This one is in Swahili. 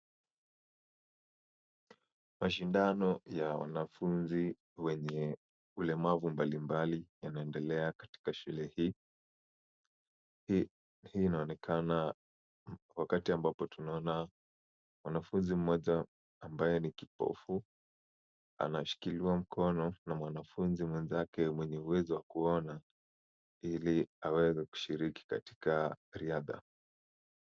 Mashindano ya wanafunzi wenye ulemavu mbalimbali yanaendelea katika shule hii. Hii inaonekana wakati ambapo tunaona mwanafunzi mmoja ambaye ni kipofu, anashikiliwa mkono na mwanafunzi mwenzake mwenye uwezo wa kuona ili aweze kushiriki katika riadha.